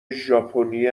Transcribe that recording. ژاپنی